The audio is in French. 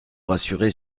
rassurer